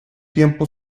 tiempo